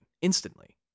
instantly